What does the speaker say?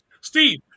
steve